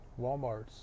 Walmarts